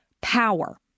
power